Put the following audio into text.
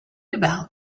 about